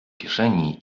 kieszeni